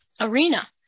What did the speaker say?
arena